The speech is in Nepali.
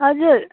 हजुर